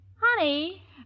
Honey